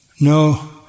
No